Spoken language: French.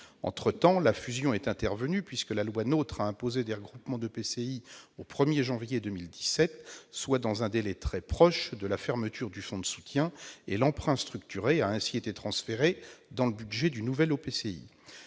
Entre-temps, la fusion est intervenue puisque la loi NOTRe a imposé des regroupements d'EPCI au 1 janvier 2017, c'est-à-dire dans un délai très proche de la fermeture du fonds de soutien. L'emprunt structuré a ainsi été transféré dans le budget du nouvel EPCI.